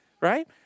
right